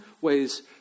ways